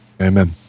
Amen